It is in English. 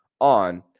on